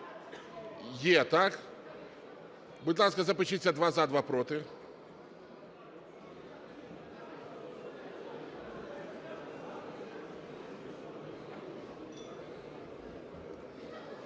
Є, так? Будь ласка, запишіться: два – за, два – проти.